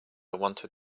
wanted